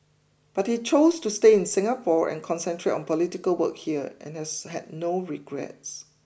but he chose to stay in Singapore and concentrate on political work here and has had no regrets